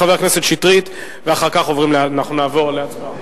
חבר הכנסת שטרית, ואחר כך אנחנו נעבור להצבעה.